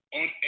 on